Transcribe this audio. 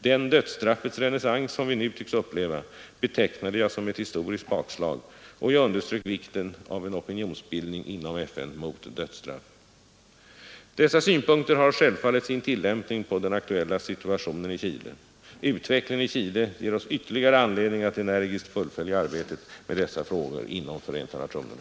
Den dödsstraffets renässans, som vi nu tycks uppleva, betecknade jag som ett historiskt bakslag, och jag underströk vikten av en opinionsbildning inom FN mot dödsstraff. Dessa synpunkter har självfallet sin tillämpning på den aktuella situationen i Chile. Utvecklingen i Chile ger oss ytterligare anledning att energiskt fullfölja arbetet med dessa frågor inom FN.